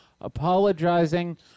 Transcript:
apologizing